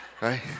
right